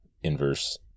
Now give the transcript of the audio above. Inverse